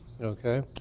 okay